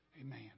Amen